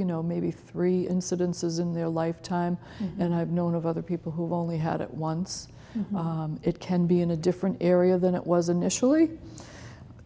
you know maybe three incidences in their lifetime and i've known of other people who've only had it once it can be in a different area than it was initially